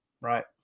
Right